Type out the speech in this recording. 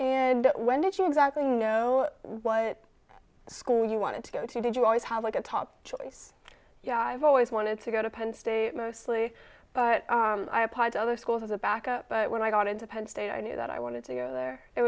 and when did you exactly know what school you wanted to go to did you always have like a top choice yeah i've always wanted to go to penn state mostly but i applied to other schools as a back up but when i got into penn state i knew that i wanted to go there it